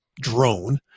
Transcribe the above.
drone